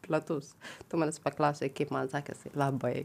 platus tu manęs paklausei kaip man sekasi labai